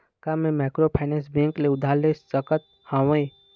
का मैं microfinance bank से उधार ले सकत हावे?